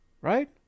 right